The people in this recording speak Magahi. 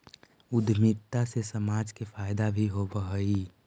उद्यमिता से समाज के फायदा भी होवऽ हई